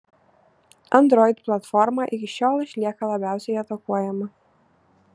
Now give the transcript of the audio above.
android platforma iki šiol išlieka labiausiai atakuojama